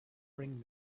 bring